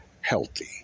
healthy